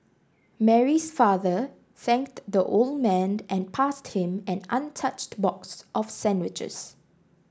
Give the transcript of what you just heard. Mary's father thanked the old man and passed him an untouched box of sandwiches